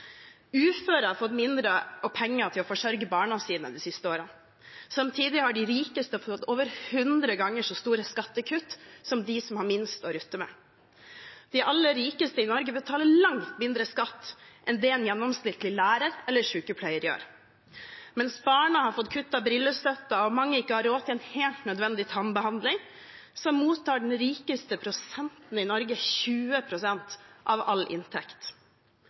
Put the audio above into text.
Uføre har fått mindre penger til å forsørge barna sine de siste årene. Samtidig har de rikeste fått over 100 ganger så store skattekutt som dem som har minst å rutte med. De aller rikeste i Norge betaler langt mindre skatt enn det en gjennomsnittlig lærer eller sykepleier gjør. Mens barna har fått kuttet brillestøtten og mange ikke har råd til en helt nødvendig tannbehandling, mottar den rikeste prosenten i Norge 20 pst. av all inntekt.